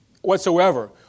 whatsoever